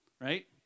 Right